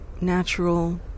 natural